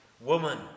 Woman